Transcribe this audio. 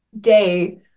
day